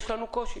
יש לנו קושי,